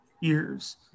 years